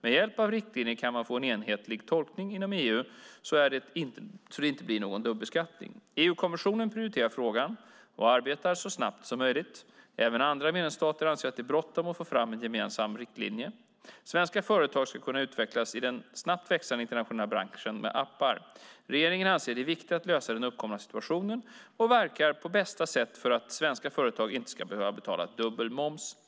Med hjälp av riktlinjer kan man få en enhetlig tolkning inom EU så att det inte blir någon dubbelbeskattning. EU-kommissionen prioriterar frågan och arbetar så snabbt som möjligt. Även andra medlemsstater anser att det är bråttom med att få fram en gemensam riktlinje. Svenska företag ska kunna utvecklas i den snabbt växande internationella branschen med appar. Regeringen anser att det är viktigt att lösa den uppkomna situationen och verkar på bästa sätt för att svenska företag inte ska behöva betala dubbel moms.